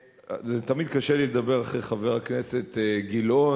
תמיד קשה לי לדבר אחרי חבר הכנסת גילאון,